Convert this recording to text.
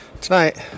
Tonight